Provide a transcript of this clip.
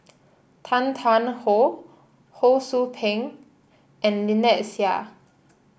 Tan Tarn How Ho Sou Ping and Lynnette Seah